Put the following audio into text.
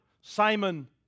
Simon